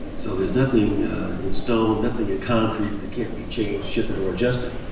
so there's nothing in stone, nothing in concrete, that can't be changed, shifted, or adjusted.